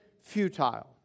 futile